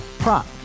Prop